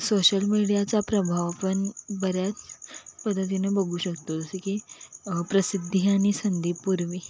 social मीडियाचा प्रभाव पण बऱ्याच पद्धतीने बघू शकतो जसे की प्रसिद्धी आणि संदीप पूर्वी